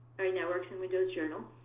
i mean that works in windows journal.